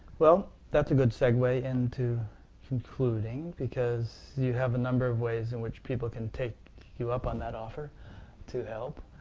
well, that's a good segue into concluding, because you have a number of ways in which people can take you up on that offer to help.